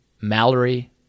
Mallory